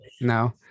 no